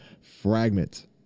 fragment